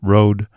Road